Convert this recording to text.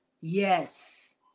Yes